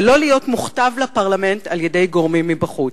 ולא להיות מוכתב לפרלמנט על-ידי גורמים מבחוץ.